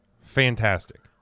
fantastic